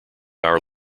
our